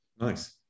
Nice